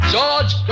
George